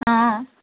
অঁ